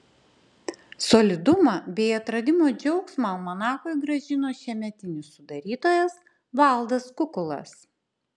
solidumą bei atradimo džiaugsmą almanachui grąžino šiemetinis sudarytojas valdas kukulas